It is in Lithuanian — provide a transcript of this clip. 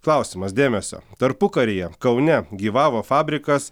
klausimas dėmesio tarpukaryje kaune gyvavo fabrikas